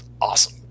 awesome